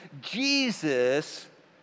Jesus